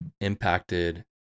impacted